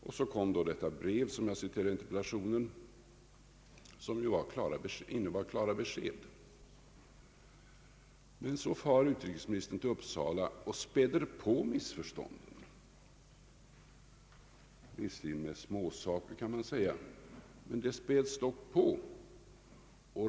Och så kom då detta brev, som jag har citerat i interpellationen och som ju gav klara besked. Men så far utrikesministern till Uppsala och späder på missförstånden, visserligen med småsaker, kan man säga, men missförstånden späddes dock på.